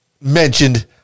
mentioned